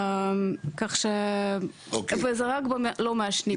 כך שזה רק בלא מעשנים.